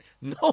no